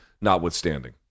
notwithstanding